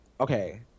Okay